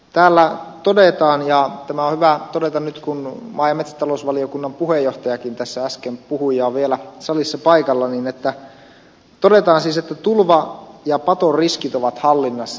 täällä todetaan ja tämä on hyvä todeta nyt kun maa ja metsätalousvaliokunnan puheenjohtajakin tässä äsken puhui ja on vielä salissa paikalla että tulva ja patoriskit ovat hallinnassa